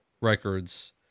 Records